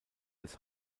des